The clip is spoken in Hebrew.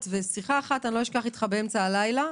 ושיחה אחת לא אשכח איתך באמצע הלילה,